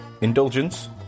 Indulgence